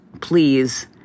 please